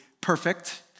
perfect